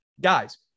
guys